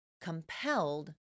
compelled